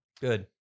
Good